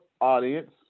audience